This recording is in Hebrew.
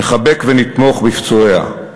נחבק, ונתמוך בפצועיה.